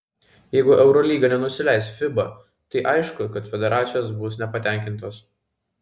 jeigu eurolyga nenusileis fiba tai aišku kad federacijos bus nepatenkintos